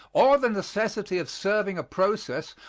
or the necessity of serving a process,